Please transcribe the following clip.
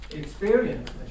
Experience